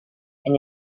and